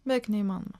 beveik neįmanoma